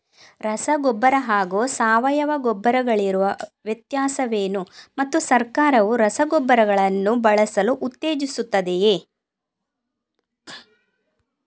ರಸಗೊಬ್ಬರ ಹಾಗೂ ಸಾವಯವ ಗೊಬ್ಬರ ಗಳಿಗಿರುವ ವ್ಯತ್ಯಾಸವೇನು ಮತ್ತು ಸರ್ಕಾರವು ರಸಗೊಬ್ಬರಗಳನ್ನು ಬಳಸಲು ಉತ್ತೇಜಿಸುತ್ತೆವೆಯೇ?